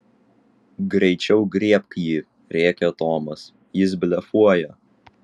greičiau griebk jį rėkė tomas jis blefuoja